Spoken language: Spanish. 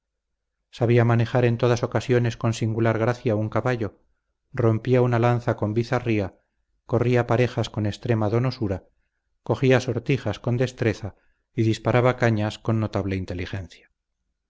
sabía manejar en todas ocasiones con singular gracia un caballo rompía una lanza con bizarría corría parejas con extrema donosura cogía sortijas con destreza y disparaba cañas con notable inteligencia